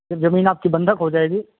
फिर जमीन आप की बंधक हो जाएगी